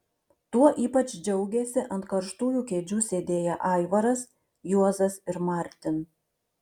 tuo ypač džiaugėsi ant karštųjų kėdžių sėdėję aivaras juozas ir martin